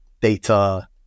data